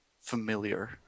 familiar